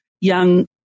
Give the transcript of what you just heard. young